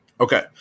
okay